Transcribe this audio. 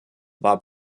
war